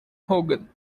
hogan